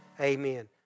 Amen